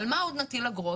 על מה עוד נטיל אגרות?